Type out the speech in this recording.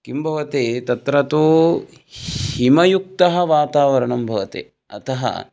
किं भवति तत्र तु हिमयुक्तं वातावरणं भवति अतः